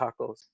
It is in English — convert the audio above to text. tacos